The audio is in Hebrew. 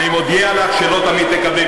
אני מודיע לך שלא תמיד תקבלי,